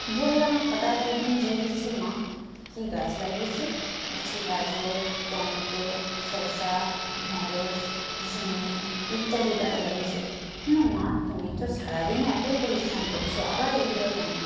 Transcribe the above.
বললাম হঠাৎ এক দিন যেয়ে দেখছি মা কি গাছ লাগিয়েছে দেখছি গাজর টমেটো শশা ঢ্যাঁড়স ঝিঙে ইত্যাদি গাছ লাগিয়েছে মা তুমি তো সারা দিন এতো পরিশ্রম করছ আবার এগুলো কেন